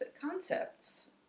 concepts